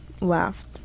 laughed